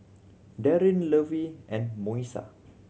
Darin Lovey and Moesha